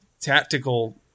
tactical